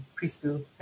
preschool